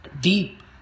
deep